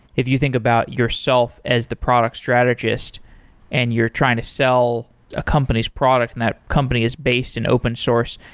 if you think about yourself as the product strategist and you're trying to sell a company's product and that company is based in open source,